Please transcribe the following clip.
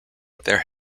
there